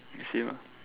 okay same ah